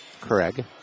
Craig